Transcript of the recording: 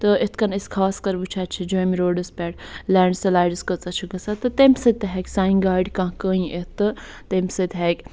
تہٕ یِتھٕ کٔنۍ أسۍ خاص کَر وُچھان چھِ جوٚم روڈَس پٮ۪ٹھ لینٛڈ سٕلایڈس کۭژاہ چھِ گَژھان تہٕ تمہِ سۭتۍ تہِ ہیٚکہِ سانہ گاڑِ کانٛہہ کٔنۍ یِتھ تہٕ تَمہِ سۭتۍ ہیٚکہِ